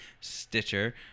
Stitcher